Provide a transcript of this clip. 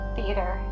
Theater